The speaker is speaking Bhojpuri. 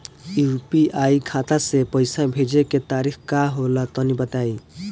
यू.पी.आई खाता से पइसा भेजे के तरीका का होला तनि बताईं?